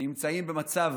נמצאים במצב